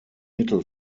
mittel